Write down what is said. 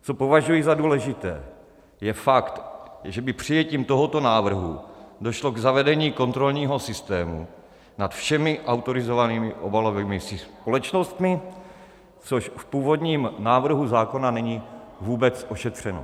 Co považuji za důležité, je fakt, že by přijetím tohoto návrhu došlo k zavedení kontrolního systému nad všemi autorizovanými obalovými společnostmi, což v původní návrhu zákona není vůbec ošetřeno.